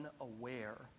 unaware